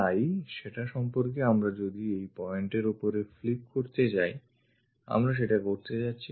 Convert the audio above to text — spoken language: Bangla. তাই সেটা সম্পর্কে আমরা যদি এই pointএর ওপরে flip করতে যাই আমরা সেটা করতে যাচ্ছি